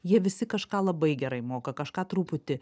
jie visi kažką labai gerai moka kažką truputį